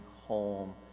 home